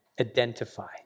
Identify